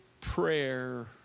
prayer